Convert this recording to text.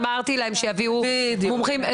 אמרתי להם שיביאו מומחים.